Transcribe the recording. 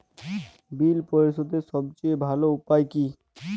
বিল পরিশোধের সবচেয়ে ভালো উপায় কী?